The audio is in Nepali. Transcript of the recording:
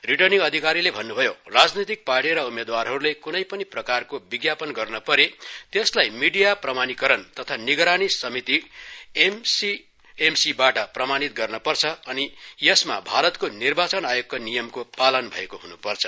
रिर्टनिङ अधिकारीले भन्न्भयो राजनैतिक पार्टी र उमेद्वारहरूले क्नै पनि प्रकारको विज्ञापन गर्नपरे त्यसलाई मिडिया प्रमाणिकरण तथा निगरानी समिति एमसि एमसि बाट प्रमाणित गर्न्पर्छ अनि यसमा भारतको निर्वाचन आयोगका नियमको पालन भएको हन्पर्छ